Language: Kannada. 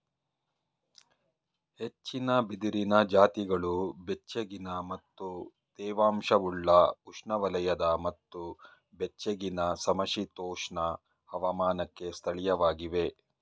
ಹೆಚ್ಚಿನ ಬಿದಿರಿನ ಜಾತಿಗಳು ಬೆಚ್ಚಗಿನ ಮತ್ತು ತೇವಾಂಶವುಳ್ಳ ಉಷ್ಣವಲಯದ ಮತ್ತು ಬೆಚ್ಚಗಿನ ಸಮಶೀತೋಷ್ಣ ಹವಾಮಾನಕ್ಕೆ ಸ್ಥಳೀಯವಾಗಿವೆ